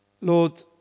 Lord